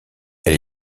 elle